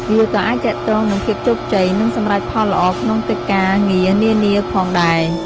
វាក៏អាចទាក់ទងនឹងភាពជោគជ័យ និងសម្រេចផលល្អក្នុងកិច្ចការងារនានាផងដែរ។